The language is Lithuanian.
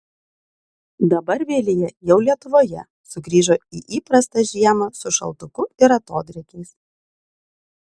dabar vilija jau lietuvoje sugrįžo į įprastą žiemą su šaltuku ir atodrėkiais